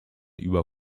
über